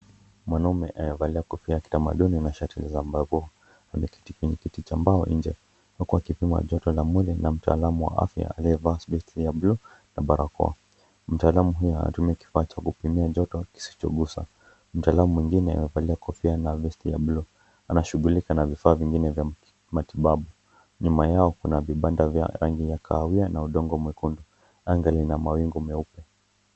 Mwanume amevalia shati la kitamaduni na shati jeupe ambapo ameketi kwenye kiti cha mbao nje, huku akipimwa joyo la mwili na mtaalamu wa afya aliyevaa vesti ya buluu na barakoa, mtaalam huyu anatumia kifaa cha kupimia joto kisichogusa, mtaalamu mwngine amevalia kofia na vesti ya buluu, anashughulikia na vifaa vingine vya kimatibabu, nyuma yao kuna vibanda vya rangi ya kahawia, na udongo mwekundu, anga lina mawingu meupe.